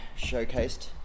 showcased